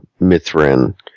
Mithrin